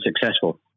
successful